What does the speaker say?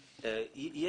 יש